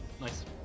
Nice